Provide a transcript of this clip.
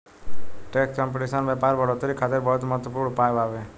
tax competition व्यापार बढ़ोतरी खातिर बहुत महत्वपूर्ण उपाय बावे